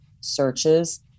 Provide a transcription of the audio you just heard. searches